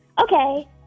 okay